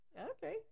Okay